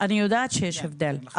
אני יודעת שיש הבדל,